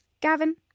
gavin